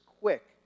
Quick